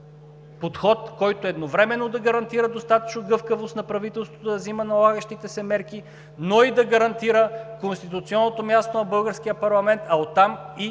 подход, който едновременно да гарантира достатъчна гъвкавост на правителството да взема налагащите се мерки, но и да гарантира конституционното място на българския парламент, а оттам и